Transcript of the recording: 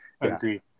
agree